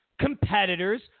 Competitors